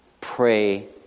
Pray